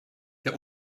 der